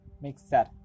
Mixer